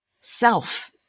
self